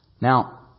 Now